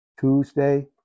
Tuesday